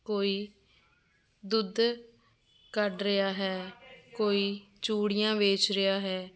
ਕੋਈ ਦੁੱਧ ਕੱਢ ਰਿਹਾ ਹੈ ਕੋਈ ਚੂੜੀਆਂ ਵੇਚ ਰਿਹਾ ਹੈ